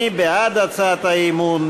מי בעד הצעת האי-אמון?